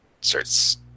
starts